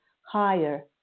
higher